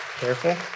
Careful